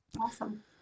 Awesome